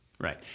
Right